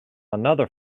another